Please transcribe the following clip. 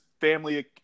family